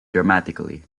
dramatically